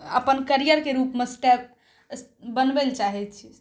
अपन करियरके रूपमे एस्टै बनबैलए चाहै छिए